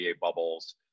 bubbles